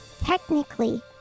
technically